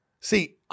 See